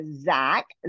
Zach